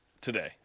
today